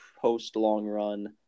post-long-run